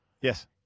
Yes